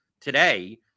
today